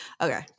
Okay